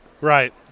right